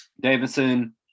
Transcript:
Davidson